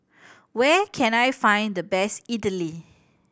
where can I find the best Idili